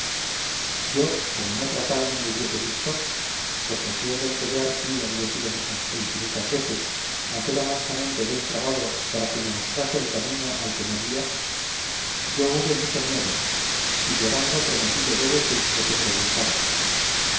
yo como en otra tal no me hubiese visto porque asido del collar sí había sido muchas e infinitas veces mas era mansamente dél trabado para que mostrase el camino al que no vía yo hube mucho miedo y llorando prometíle de decir lo que preguntaban